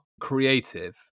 creative